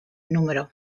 número